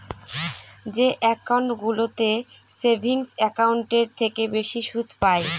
যে একাউন্টগুলোতে সেভিংস একাউন্টের থেকে বেশি সুদ পাই